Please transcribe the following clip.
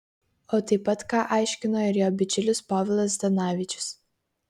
o taip pat ką aiškino ir jo bičiulis povilas zdanavičius